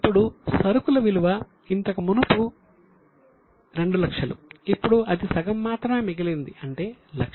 ఇప్పుడు సరుకుల విలువ ఇంతకు మునుపు 200000 ఇప్పుడు అది సగం మాత్రమే మిగిలింది అంటే 100000